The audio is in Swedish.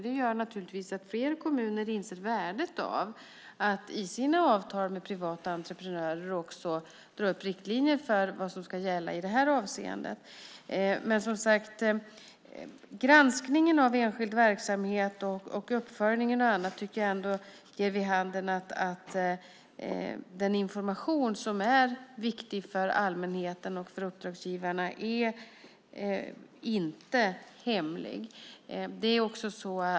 Det gör ju att flera kommuner inser värdet av att i sina avtal med privata entreprenörer dra upp riktlinjer för vad som ska gälla i det här avseendet. Granskningen av enskild verksamhet och uppföljningen ger ändå vid handen att den information som är viktig för allmänheten och uppdragsgivarna inte är hemlig.